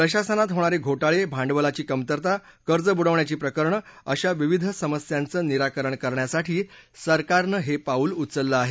प्रशासनात होणारे घोटाळे भांडवलाची कमतरता कर्जबुडवी प्रकरणं अशा विविध समस्यांचं निराकरण करण्यासाठी सरकारनं हे पाऊल उचललं आहे